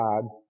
God